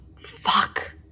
Fuck